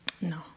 No